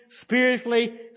spiritually